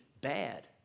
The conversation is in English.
bad